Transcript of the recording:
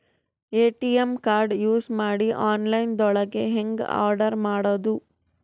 ATM card use ಮಾಡಿ online ದೊಳಗೆ ಹೆಂಗ್ ಆರ್ಡರ್ ಮಾಡುದು?